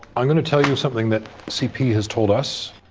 i'm going to tell you something that cp has told us.